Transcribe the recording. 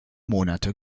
monate